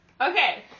okay